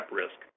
risk